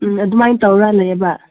ꯑꯗꯨꯃꯥꯏ ꯇꯧꯔ ꯂꯩꯌꯦꯕ